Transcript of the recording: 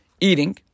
eating